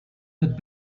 had